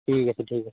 ᱴᱷᱤᱠ ᱟᱪᱷᱮ ᱴᱷᱤᱠ ᱟᱪᱷᱮ